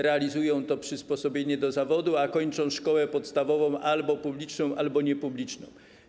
Realizują to przysposobienie do zawodu, a kończą szkołę podstawową albo publiczną, albo niepubliczną.